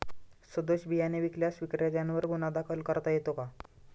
सदोष बियाणे विकल्यास विक्रेत्यांवर गुन्हा दाखल करता येतो का?